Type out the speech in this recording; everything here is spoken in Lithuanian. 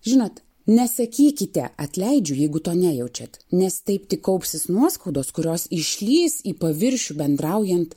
žinot nesakykite atleidžiu jeigu to nejaučiat nes taip tik kaupsis nuoskaudos kurios išlįs į paviršių bendraujant